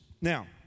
Now